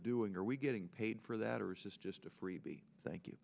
doing are we getting paid for that or is this just a freebie thank you